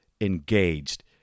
engaged